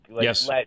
Yes